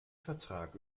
vertrag